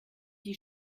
die